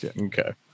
Okay